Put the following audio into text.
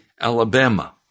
Alabama